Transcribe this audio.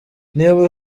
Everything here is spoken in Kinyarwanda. niba